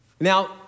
Now